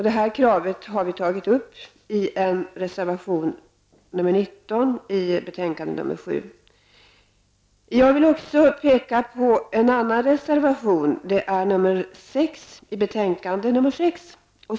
Det kravet har vi tagit upp i en reservation, nr 19, till betänkande Jag vill också peka på en annan reservation. Det är reservation nr 6 till betänkande SoU6.